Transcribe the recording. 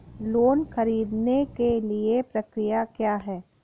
Loan ख़रीदने के लिए प्रक्रिया क्या है?